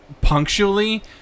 punctually